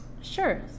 Sure